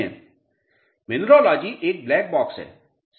छात्र मिनरलॉजी एक black box है